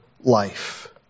life